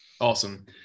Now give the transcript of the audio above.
Awesome